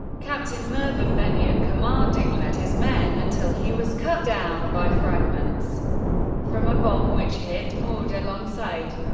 captain mervyn bennion, commanding, led his men until he was cut down by fragments from a bomb which hit, moored alongside.